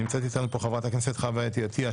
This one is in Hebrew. נמצאת איתנו פה חברת הכנסת חוה אתי עטייה,